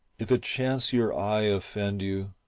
if it chance your eye offend you,